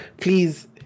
please